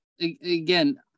again